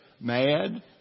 mad